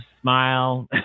smile